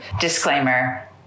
Disclaimer